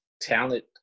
talent